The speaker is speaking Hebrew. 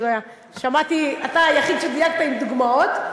אתה היחיד שדייקת עם דוגמאות.